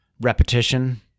repetition